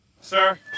Sir